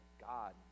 God